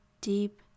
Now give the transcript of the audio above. deep